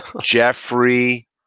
Jeffrey